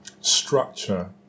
structure